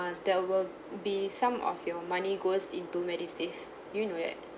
there will be some of your money goes into medisave do you know that